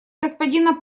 господина